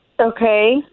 Okay